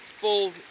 full